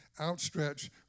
outstretched